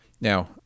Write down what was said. Now